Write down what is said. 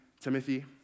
Timothy